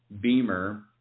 Beamer